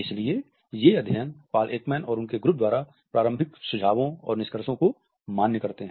इसलिए ये अध्ययन पॉल एकमैन और उनके ग्रुप द्वारा प्रारंभिक सुझावों और निष्कर्षों को मान्य करते हैं